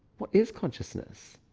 what is consciousness?